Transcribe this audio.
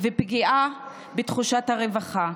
ופגיעה בתחושת הרווחה.